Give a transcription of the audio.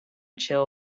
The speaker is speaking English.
chill